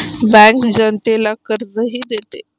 bank जनतेला कर्जही देते